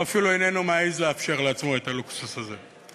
הוא אפילו אינו מעז לאפשר לעצמו את הלוקסוס הזה.